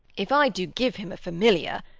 if i do give him a familiar,